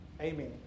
Amen